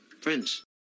friends